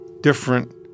different